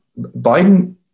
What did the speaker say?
Biden